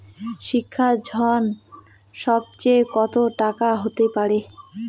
শিক্ষা ঋণ সর্বোচ্চ কত টাকার হতে পারে?